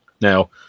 now